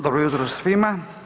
Dobro jutro svima.